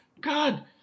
God